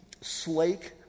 slake